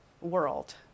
world